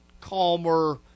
calmer